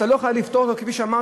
אתה לא יכול לפתור לו, כפי שאמרת?